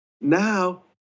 Now